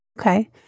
Okay